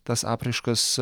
tas apraiškas